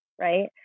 right